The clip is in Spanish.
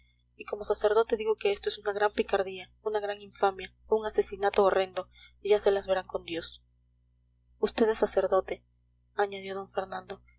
y como sacerdote digo que esto es una gran picardía una gran infamia un asesinato horrendo ya se las verán con dios vd es sacerdote añadió d fernando